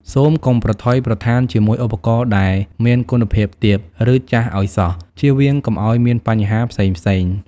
សូមកុំប្រថុយប្រថានជាមួយឧបករណ៍ដែលមានគុណភាពទាប ឬចាស់អោយសោះ ជៀសវៀងកុំអោយមានបញ្ហាផ្សេងៗ។